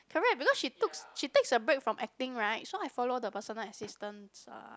correct because she took she takes a break from acting right so I follow the personal assistants ah